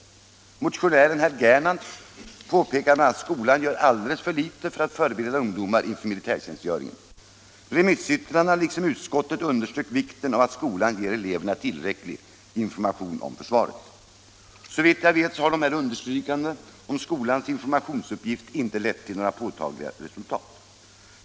Motionären, herr Gernandt, påpekade bl.a. att skolan gör alldeles för litet för att förbereda ungdomar inför militärtjänstgöringen. Remissyttrandena liksom utskottet underströk vikten av att skolan ger eleverna tillräcklig information om försvaret. Såvitt jag vet har dessa understrykanden av bl.a. skolans informationsuppgift inte lett till några påtagliga resultat.